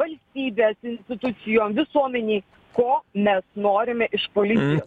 valstybės institucijom visuomenei ko mes norime iš policijos